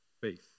faith